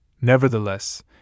Nevertheless